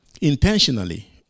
intentionally